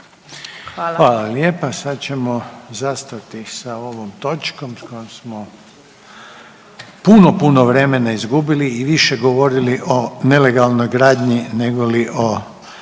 Hvala lijepa. Sad ćemo zastati sa ovom točkom s kojom smo puno, puno vremena izgubili i više govorili o nelegalnoj gradnji negoli o